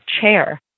chair